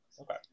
Okay